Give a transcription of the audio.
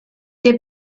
der